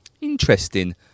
Interesting